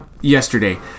yesterday